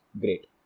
great